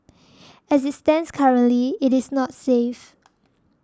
as it stands currently it is not safe